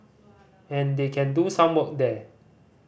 and they can do some work there